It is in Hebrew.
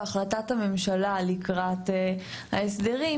בהחלטת הממשלה לקראת ההסדרים,